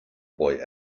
boy